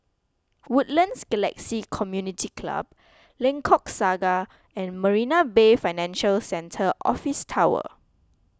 Woodlands Galaxy Community Club Lengkok Saga and Marina Bay Financial Centre Office Tower